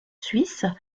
suisse